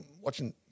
watching